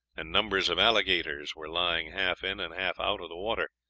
and numbers of alligators were lying half in and half out of the water,